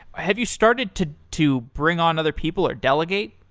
have you started to to bring on other people or delegate?